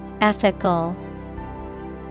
Ethical